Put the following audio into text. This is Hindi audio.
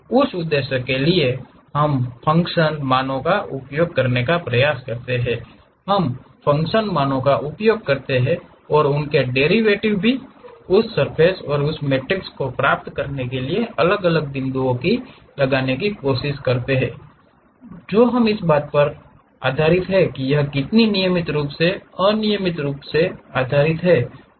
उस उद्देश्य के लिए हम फ़ंक्शन मानों का उपयोग करने का प्रयास करते हैं हम फ़ंक्शन मानों का उपयोग करते हैं और उनके डेरिवेटिव भी उस सर्फ़ेस और उस मैट्रिक्स को प्राप्त करने के लिए अलग अलग बिंदुओं को लगाने की कोशिश करते हैं जो इस बात पर आधारित है कि यह कितनी नियमित रूप से अनियमित रूप से उस पर आधारित है